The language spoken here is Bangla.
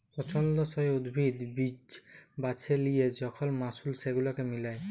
পছল্দসই উদ্ভিদ, বীজ বাছে লিয়ে যখল মালুস সেগুলাকে মিলায়